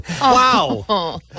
Wow